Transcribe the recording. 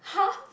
!huh!